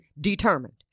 determined